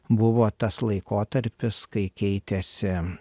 buvo tas laikotarpis kai keitėsi